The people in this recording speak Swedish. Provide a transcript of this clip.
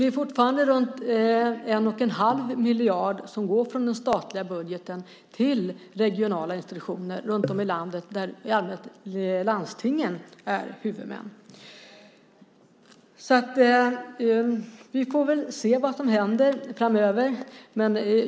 Det är fortfarande runt 1 1⁄2 miljard som går från den statliga budgeten till regionala institutioner runt om i landet där i allmänhet landstingen är huvudmän. Vi får se vad som händer framöver.